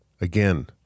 Again